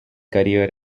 career